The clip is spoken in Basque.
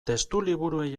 testuliburuei